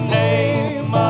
name